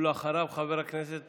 אחריו, חבר הכנסת